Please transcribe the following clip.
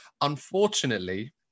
Unfortunately